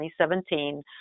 2017